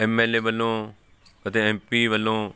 M L A ਵੱਲੋਂ ਅਤੇ M P ਵੱਲੋਂ